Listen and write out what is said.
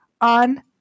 on